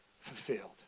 fulfilled